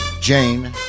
Jane